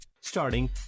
Starting